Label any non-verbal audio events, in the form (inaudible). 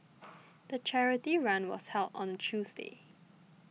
(noise) the charity run was held on Tuesday